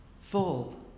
full